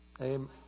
Amen